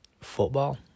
football